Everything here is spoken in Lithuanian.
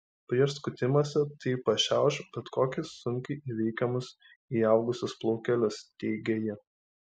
prieš skutimąsi tai pašiauš bet kokius sunkiai įveikiamus įaugusius plaukelius teigė ji